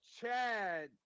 Chad